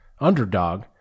underdog